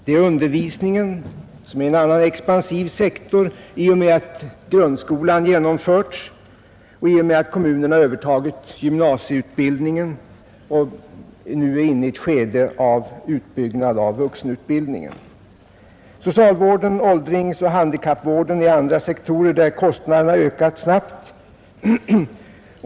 Det är undervisningen som är en annan expansiv sektor i och med att grundskolan genomförts, kommunerna övertagit gymnasieutbildningen och nu är inne i ett skede av utbyggnad av vuxenutbildningen. Socialvården, åldringsoch handikappvården är andra sektorer där kostnaderna ökat snabbt.